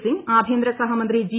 സിംഗ് ആഭ്യന്തര സഹമന്ത്രി ജി